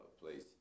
place